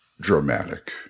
dramatic